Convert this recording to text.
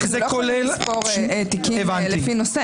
יש פה באולם אשה